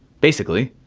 basically,